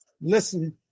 listen